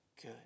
good